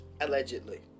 Allegedly